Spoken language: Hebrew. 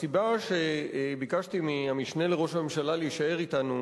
הסיבה שביקשתי מהמשנה לראש הממשלה להישאר אתנו